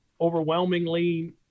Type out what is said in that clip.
overwhelmingly